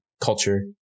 culture